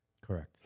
Correct